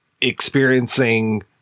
experiencing